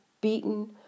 beaten